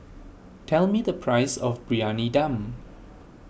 tell me the price of Briyani Dum